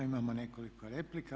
Imamo nekoliko replika.